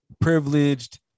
privileged